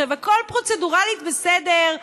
הכול פרוצדורלית בסדר,